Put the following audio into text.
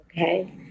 Okay